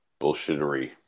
bullshittery